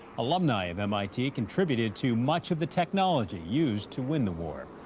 alumni of mit contributed to much of the technology used to win the war.